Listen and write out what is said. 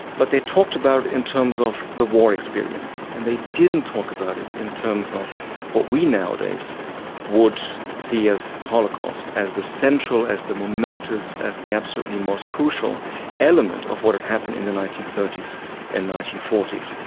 but they talked about it in terms of the war experience, and they didn't talk about it in terms of what we nowadays would see as the holocaust, as the central, as the momentous, as the absolutely most crucial element of what had happened in the nineteen thirty s and nineteen forty s.